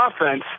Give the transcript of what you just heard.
offense